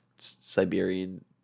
Siberian